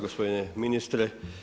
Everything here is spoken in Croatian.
Gospodine ministre.